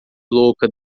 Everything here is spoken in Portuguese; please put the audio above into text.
louca